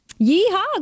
Yeehaw